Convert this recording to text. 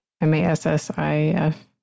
M-A-S-S-I-F